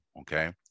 Okay